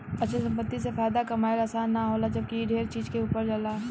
अचल संपत्ति से फायदा कमाइल आसान ना होला जबकि इ ढेरे चीज के ऊपर होला